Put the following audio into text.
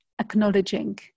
acknowledging